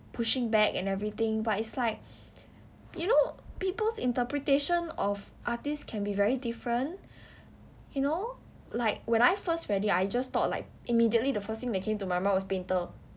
pushing back and everything but it's like you know people's interpretation of artist can be very different you know like when I first read it I just thought like immediately the first thing that came to my mind was painter